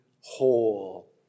whole